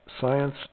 science